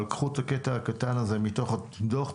אבל קחו את הקטע הקטן הזה מתוך הדוח,